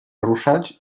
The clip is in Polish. ruszać